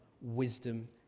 wisdom